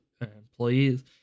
employees